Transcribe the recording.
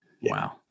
Wow